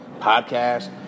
podcast